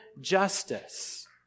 justice